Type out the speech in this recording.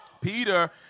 Peter